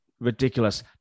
ridiculous